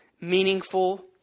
meaningful